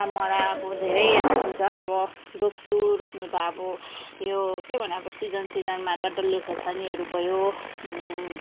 अब मलाई अब धेरै अब हुन्छ अब रोप्छु रोप्नु त अब यो के भन्नु अब सिजन सिजनमा त डल्ले खोर्सानीहरू भयो हँ